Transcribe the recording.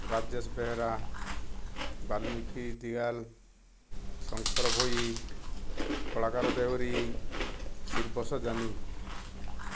ରାଜେଶ ବେହେରା ବାଲ୍ମୀକି ଦିଗାଲ ଶଙ୍କର ଭୋଇ କଳାକାର ଦେଉରି ଶ୍ରୀବଶ ଜାନି